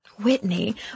Whitney